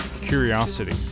curiosity